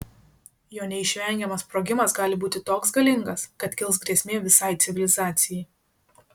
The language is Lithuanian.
jo neišvengiamas sprogimas gali būti toks galingas kad kils grėsmė visai civilizacijai